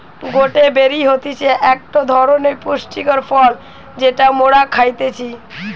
গটে বেরি হতিছে একটো ধরণের পুষ্টিকর ফল যেটা মোরা খাইতেছি